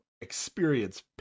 experience